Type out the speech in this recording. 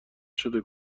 شده